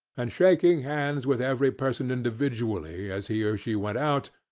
and shaking hands with every person individually as he or she went out,